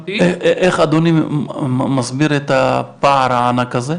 איך אדוני מסביר את הפער הענק הזה?